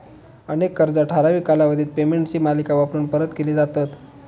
अनेक कर्जा ठराविक कालावधीत पेमेंटची मालिका वापरून परत केली जातत